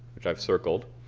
which i have circled,